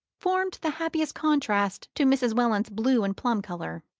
formed the happiest contrast to mrs. welland's blue and plum-colour.